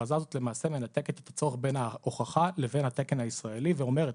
האכרזה הזאת למעשה מנתקת את הצורך בין ההוכחה לבין התקן הישראלי ואומרת,